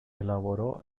elaboró